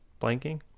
Blanking